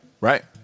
Right